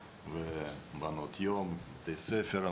מעונות יום ובתי ספר.